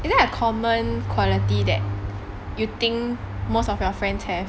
is there a common quality that you think most of your friends have